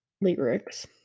Lyrics